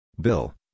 Bill